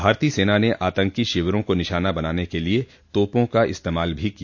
भारतीय सेना ने आतंकी शिविरों को निशाना बनाने के लिए तोपों का इस्तेमाल भी किया